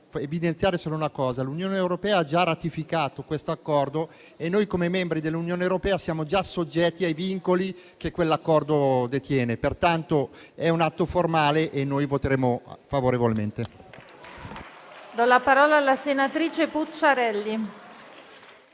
L'Unione europea ha già ratificato questo accordo e noi, come membri dell'Unione europea, siamo già soggetti ai vincoli che esso determina. Pertanto si tratta di un atto formale e noi voteremo favorevolmente.